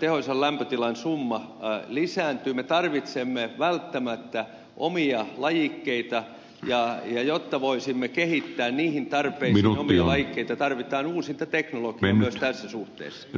tehoisan lämpötilan summa lisääntyy me tarvitsemme välttämättä omia lajikkeita ja jotta voisimme kehittää niihin tarpeisiin omia lajikkeita tarvitaan uusinta teknologiaa myös tässä suhteessa